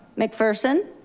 mcpherson?